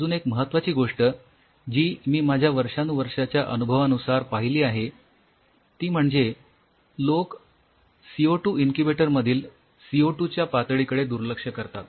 अजून एक महत्वाची गोष्ट जी मी माझ्या वर्षानुवर्षांच्या अनुभवानुसार पहिली आहे ती म्हणजे लोक सी ओ टू इन्क्युबेटर मधील सी ओ टू च्या पातळी कडे दुर्लक्ष करतात